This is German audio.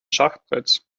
schachbretts